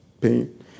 pain